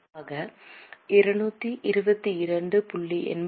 ஆக 222